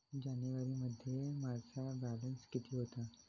जानेवारीमध्ये माझा बॅलन्स किती होता?